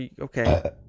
Okay